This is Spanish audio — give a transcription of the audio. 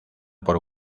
por